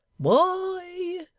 why,